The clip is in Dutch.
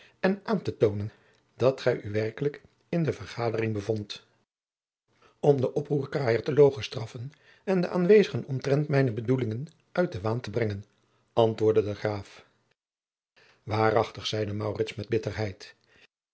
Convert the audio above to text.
en aan te toonen dat gij u werkelijk in de vergadering bevondt om den oproerkraaier te logenstraffen en de aanwezigen omtrent mijne bedoelingen uit den waan te brengen antwoordde de graaf waarachtig zeide maurits met bitterheid